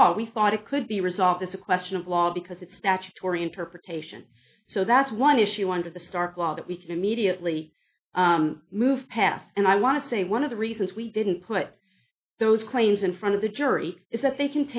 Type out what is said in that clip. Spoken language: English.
law we thought it could be resolved it's a question of law because it's statutory interpretation so that's one issue under the stark law that we can immediately move past and i want to say one of the reasons we didn't put those claims in front of the jury is that they c